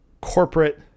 corporate